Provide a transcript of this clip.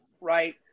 right